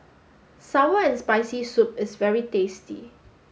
Sour and Spicy Soup is very tasty